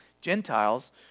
Gentiles